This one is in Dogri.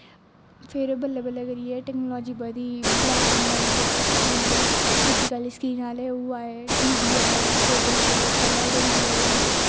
फिर बल्लें बल्लें करियै टेक्नोलाॅजी बधी ब्लेक एंड बाइट स्क्रीन आहली चिट्टी स्क्रीन आहले ओह् आए टीवी आए फिर बल्लें बल्लें कलर्ड होई गे ओह्